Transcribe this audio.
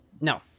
No